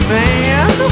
man